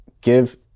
give